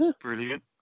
brilliant